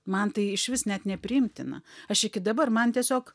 man tai išvis net nepriimtina aš iki dabar man tiesiog